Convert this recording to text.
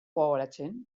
gogoratzen